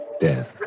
death